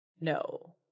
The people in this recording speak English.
no